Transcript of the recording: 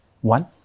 One